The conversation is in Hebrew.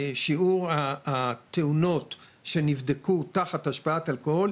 שיעור התאונות שנבדקו תחת השפעת אלכוהול,